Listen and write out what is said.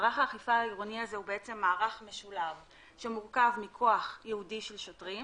מערך האכיפה העירוני הזה הוא מערך משולב שמורכב מכוח ייעודי של שוטרים